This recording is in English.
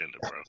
bro